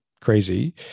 crazy